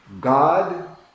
God